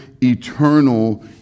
eternal